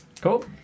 Cool